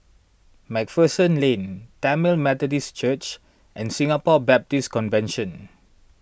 MacPherson Lane Tamil Methodist Church and Singapore Baptist Convention